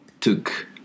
took